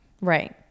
Right